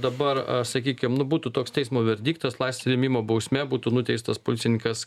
dabar sakykim nu būtų toks teismo verdiktas laisvės atėmimo bausmė būtų nuteistas policininkas